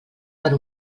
per